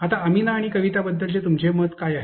आता अमीना आणि कविताबद्दल तुमचे काय मत आहे